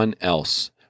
else